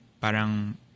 Parang